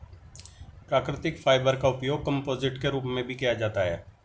प्राकृतिक फाइबर का उपयोग कंपोजिट के रूप में भी किया जाता है